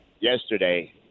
yesterday